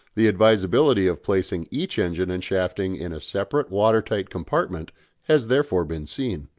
the advisability of placing each engine and shafting in a separate water-tight compartment has therefore been seen.